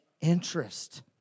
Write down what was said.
interest